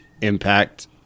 impact